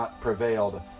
prevailed